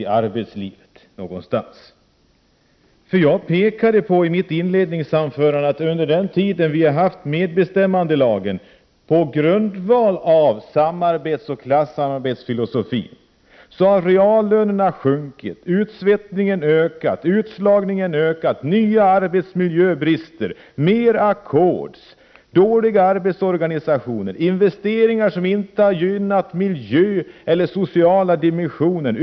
I mitt inledningsanförande pekade jag på att följande har skett under den tid som vi haft medbestämmandelagen, på grundval av samarbetsoch klassamarbetsfilosofin: Reallönerna har sjunkit. Utsvettningen och utslagningen har ökat. Nya arbetsmiljöbrister har blivit aktuella. Det har blivit mer av ackord. Arbetsorganisationerna är dåliga. Investeringar har gjorts som inte har varit gynnsamma för vare sig miljön eller den sociala dimensionen.